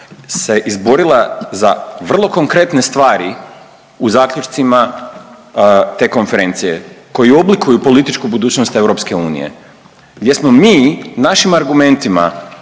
se izborila za vrlo konkretne stvari u zaključcima te konferencije koji oblikuju političku budućnost EU, gdje smo mi našim argumentima